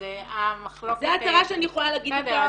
זה הצהרה שאני יכולה להגיד אותה.